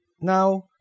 Now